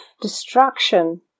destruction